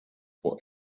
for